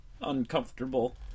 Uncomfortable